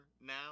now